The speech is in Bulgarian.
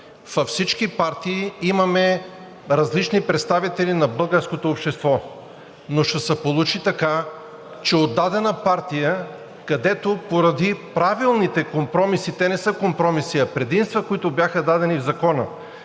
във всички партии имаме различни представители на българското общество, но ще се получи така, че от дадена партия, където поради правилните компромиси – те не са компромиси, а предимства, които бяха дадени в Закона,